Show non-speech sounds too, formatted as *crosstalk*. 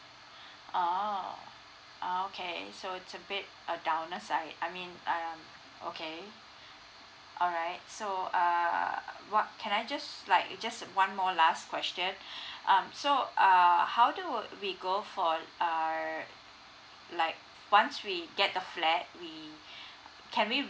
oh oh okay so it's a bit I I mean um okay alright so err what can I just like just one more last question *breath* um so err how do we go for err like once we get the flat we can we